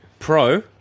Pro